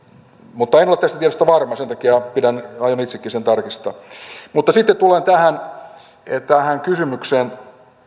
mutta en ole tästä tiedosta varma sen takia aion itsekin sen tarkistaa mutta sitten tullaan tähän kysymykseen